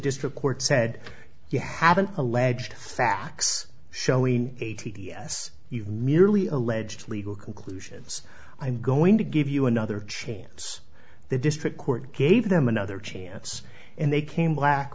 district court said you haven't alleged facts showing a t t s you merely alleged legal conclusions i'm going to give you another chance the district court gave them another chance and they came black